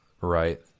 Right